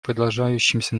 продолжающимся